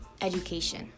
education